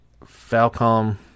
Falcom